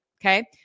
Okay